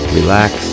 relax